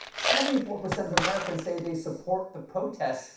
seventy four percent of americans say they support the protests,